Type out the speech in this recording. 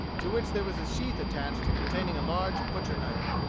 to which there was a sheath attached containing a large butcher-knife.